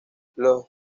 los